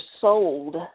sold